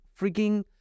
freaking